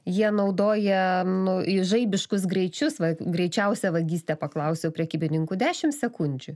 jie naudoja nu i žaibiškus greičius va greičiausia vagystė paklausiau prekybininkų dešim sekundžių